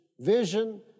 vision